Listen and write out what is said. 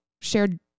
shared